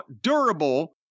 durable